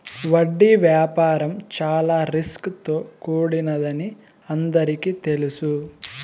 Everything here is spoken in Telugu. వడ్డీ వ్యాపారం చాలా రిస్క్ తో కూడినదని అందరికీ తెలుసు